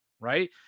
right